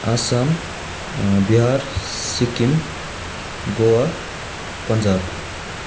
Assam Bihar Sikkim Goa Punjab